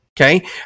Okay